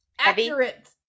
accurate